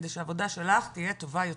כדי שהעבודה שלך תהייה טובה יותר.